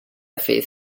faith